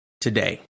today